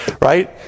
right